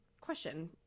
question